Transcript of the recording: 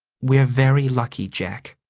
we're very lucky, jack.